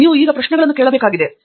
ನೀವು ಈಗ ಪ್ರಶ್ನೆಗಳನ್ನು ಕೇಳಬೇಕಾಗಿದೆ